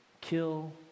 kill